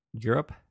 Europe